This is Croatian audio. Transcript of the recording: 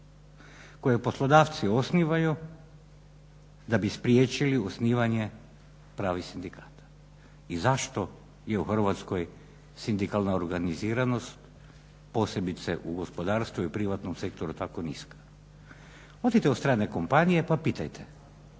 koje poslodavci osnivaju da bi spriječili osnivanje pravih sindikata. I zašto je u Hrvatskoj sindikalna organiziranost posebice u gospodarstvu i u privatnom sektoru tako niska? Odite u strane kompanije pa pitajte